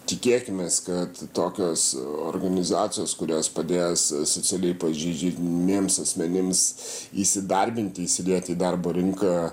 tikėkimės kad tokios organizacijos kurios padės socialiai pažeidžiamiems asmenims įsidarbinti įsilieti į darbo rinką